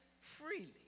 freely